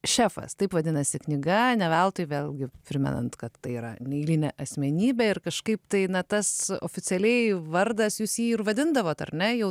šefas taip vadinasi knyga ne veltui vėlgi primenant kad tai yra neeilinė asmenybė ir kažkaip tai na tas oficialiai vardas jūs jį ir vadindavot ar ne jau